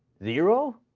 zero?